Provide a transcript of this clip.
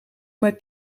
mij